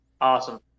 Awesome